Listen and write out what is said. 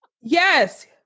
Yes